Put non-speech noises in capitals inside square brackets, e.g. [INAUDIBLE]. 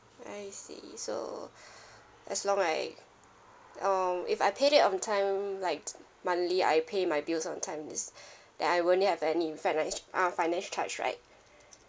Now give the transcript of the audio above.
I see so [BREATH] as long I um if I pay it on time like monthly I pay my bills on time is [BREATH] then I won't have any effect right uh finance charge right